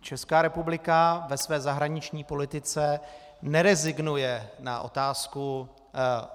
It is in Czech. Česká republika ve své zahraniční politice nerezignuje na otázku